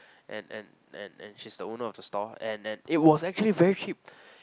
and and and and she's the owner of the store and and it was actually very cheap